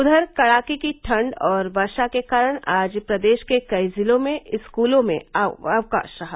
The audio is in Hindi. उधर कड़ाके की ठंड और वर्षा के कारण आज प्रदेश के कई जिलों में स्कूलों में अवकाश रहा